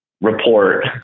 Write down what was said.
report